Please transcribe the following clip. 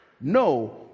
No